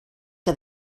que